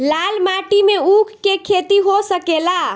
लाल माटी मे ऊँख के खेती हो सकेला?